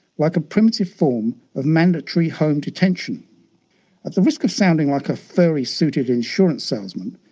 like a primitive form of mandatory home detention. at the risk of sounding like a furry-suited insurance salesman,